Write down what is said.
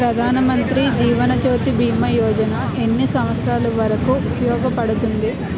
ప్రధాన్ మంత్రి జీవన్ జ్యోతి భీమా యోజన ఎన్ని సంవత్సారాలు వరకు ఉపయోగపడుతుంది?